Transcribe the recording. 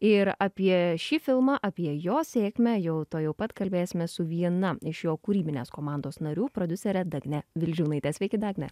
ir apie šį filmą apie jo sėkmę jau tuojau pat kalbėsime su viena iš jo kūrybinės komandos narių prodiusere dagne vildžiūnaite sveiki dagne